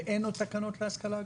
ואין עוד תקנות להשכלה הגבוהה?